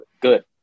good